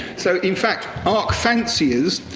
so, in fact, ark fanciers,